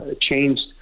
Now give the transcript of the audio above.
changed